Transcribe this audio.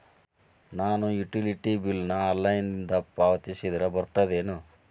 ನಾನು utility bill ನ ಆನ್ಲೈನಿಂದ ಪಾವತಿಸಿದ್ರ ಬರ್ತದೇನು?